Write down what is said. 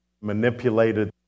manipulated